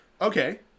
Okay